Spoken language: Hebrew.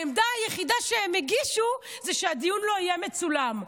העמדה היחידה שהם הגישו זה שהדיון לא יהיה מצולם.